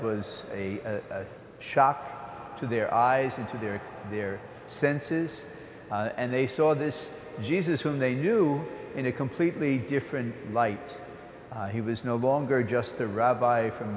was a shock to their eyes into their their senses and they saw this jesus whom they knew in a completely different light he was no longer just a rabbi from